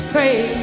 Pray